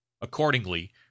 Accordingly